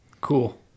cool